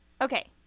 Okay